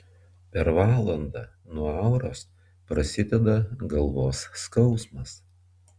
per valandą nuo auros prasideda galvos skausmas